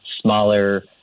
smaller